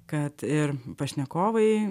kad ir pašnekovai